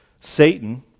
Satan